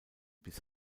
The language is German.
bis